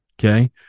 okay